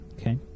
Okay